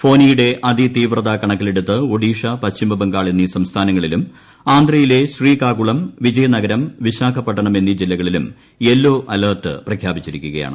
ഫോനിയുടെ അതിതീവ്രത കണ ക്കിലെടുത്ത് ഒഡീഷ പശ്ചിമ ബംഗാൾ എന്നീ സംസ്ഥാനങ്ങ ളിലും ആന്ധ്രയിലെ ശ്രീകാകുളം വിജയനഗരം വിശാഖ പട്ടണം എന്നീ ജില്ലകളിലും യെല്ലോ ൽലേർട്ട് പ്രഖ്യാപിച്ചിരി ക്കുകയാണ്